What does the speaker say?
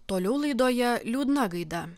toliau laidoje liūdna gaida